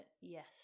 Yes